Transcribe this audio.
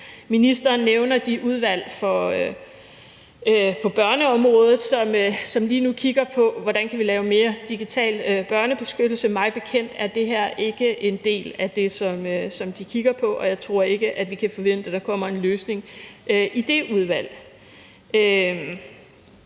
Ministeren nævner de udvalg på børneområdet, som lige nu kigger på, hvordan vi kan lave mere digital børnebeskyttelse. Mig bekendt er det her ikke en del af det, som de kigger på, og jeg tror ikke, vi kan forvente, at der kommer en løsning dér.